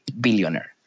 billionaire